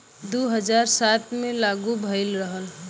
दू हज़ार सात मे लागू भएल रहल